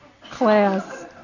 class